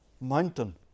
mountain